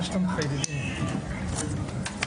בוקר טוב גברתי יושבת ראש הוועדה וחברי הכנסת.